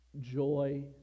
joy